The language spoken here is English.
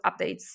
updates